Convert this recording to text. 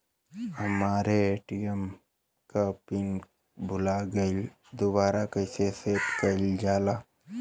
हमरे ए.टी.एम क पिन भूला गईलह दुबारा कईसे सेट कइलजाला?